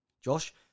Josh